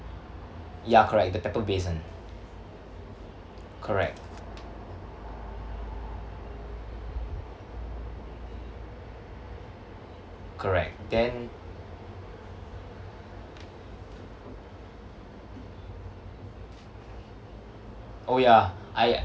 ya correct the pepper base [one] correct correct then oh ya I